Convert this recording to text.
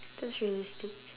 that's realistic